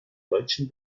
deutschen